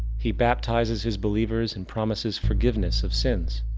he baptizes his believers and promises forgiveness of sins,